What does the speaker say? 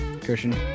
Christian